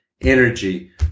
energy